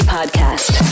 Podcast